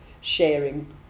sharing